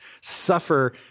suffer